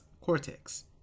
Cortex